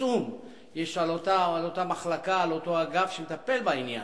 עצום יש על אותה מחלקה, על אותו אגף שמטפל בעניין,